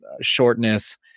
shortness